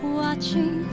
watching